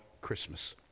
Christmas